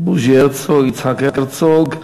בוז'י הרצוג, יצחק הרצוג.